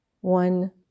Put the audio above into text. One